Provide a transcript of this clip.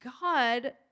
God